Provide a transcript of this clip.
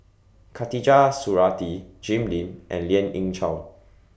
Khatijah Surattee Jim Lim and Lien Ying Chow